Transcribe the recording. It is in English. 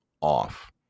off